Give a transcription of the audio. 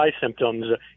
symptoms